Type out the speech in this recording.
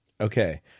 Okay